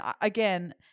again